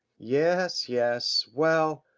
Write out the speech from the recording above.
yes. yes. well,